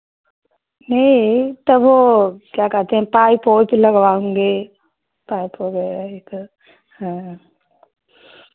ये तब वो क्या कहते हैं पाइप बहुत लगावाऊंगी पाइप हो गया ई तो हाँ